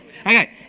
okay